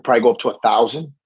but go to a thousand.